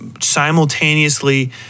simultaneously